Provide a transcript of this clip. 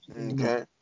Okay